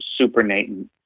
supernatant